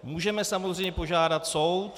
Můžeme samozřejmě požádat soud.